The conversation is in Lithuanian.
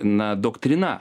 na doktrina